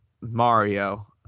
Mario